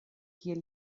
kiel